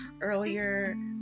earlier